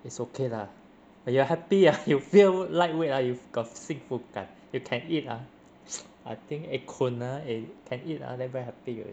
it's okay lah when you're happy ah you feel lightweight ah you've got 幸福感 you can eat ah I think eh kun ah eh can eat ah then very happy already